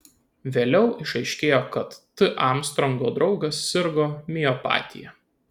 vėliau išaiškėjo kad t armstrongo draugas sirgo miopatija